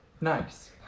Nice